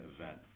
event